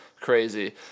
crazy